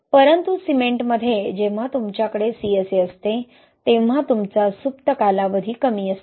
परंतु सिमेंटमध्ये जेव्हा तुमच्याकडे CSA असते तेव्हा तुमचा सुप्त कालावधी कमी असतो